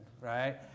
right